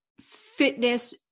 fitness